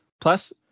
Plus